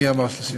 מי אמר 38?